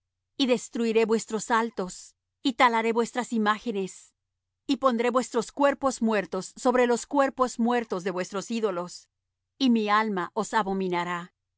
y destruiré vuestros altos y talaré vuestras imágenes y pondré vuestros cuerpos muertos sobre los cuerpos muertos de vuestros ídolos y mi alma os abominará